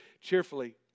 cheerfully